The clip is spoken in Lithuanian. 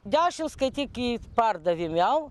dešimt skaitykit pardavėm jau